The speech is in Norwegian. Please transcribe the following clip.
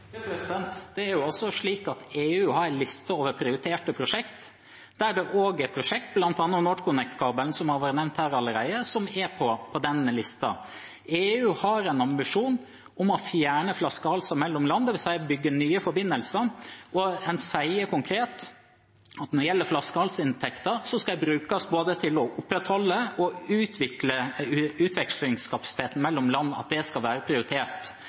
at EU har en liste over prioriterte prosjekt, der det er prosjekt, bl.a. NorthConnect-kabelen som har vært nevnt her allerede, som er på den listen. EU har en ambisjon om å fjerne flaskehalser mellom land, dvs. bygge nye forbindelser, og en sier konkret at når det gjelder flaskehalsinntekter, kan de brukes til både å opprettholde og utvikle utvekslingskapasiteten mellom landene, at det skal være prioritert,